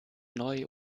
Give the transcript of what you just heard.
neu